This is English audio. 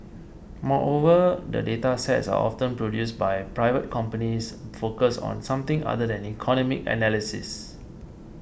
moreover the data sets are often produced by private companies focused on something other than economic analysis